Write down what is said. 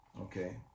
okay